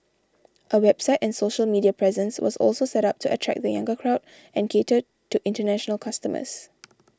a website and social media presence was also set up to attract the younger crowd and cater to international customers